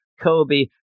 Kobe